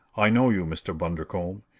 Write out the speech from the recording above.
i know you, mr. bundercombe.